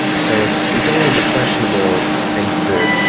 so it's it's always a questionable thing to do.